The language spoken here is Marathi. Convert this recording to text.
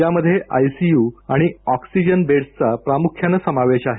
यामध्ये आयसीयू आणि ऑक्सिजन बेडसचा प्रामुख्याने समावेश आहे